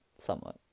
Somewhat